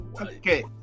okay